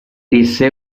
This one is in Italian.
esse